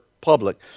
public